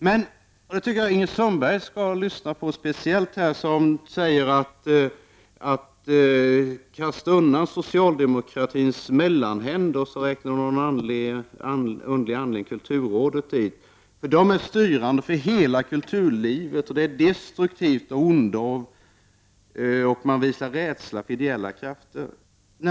Ing rid Sundberg sade att man borde kasta undan socialdemokratins mellanhä der, och hon räknade av någon anledning kulturrådet dit. Dessa skulle vara styrande för hela kulturlivet. De skulle vara destruktiva och av ondo, och de visade rädsla för ideella krafter.